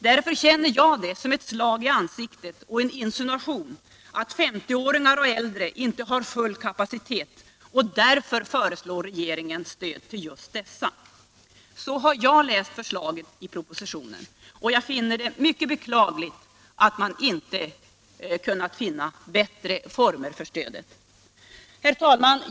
Därför känner jag det som ett slag i ansiktet och en insinuation att 50-åringar och äldre inte har full kapacitet, och att regeringen därför föreslår stöd till just dessa. Så har jag läst förslaget, och jag finner det mycket beklagligt att man inte funnit bättre former för stödet. Herr talman!